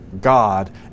God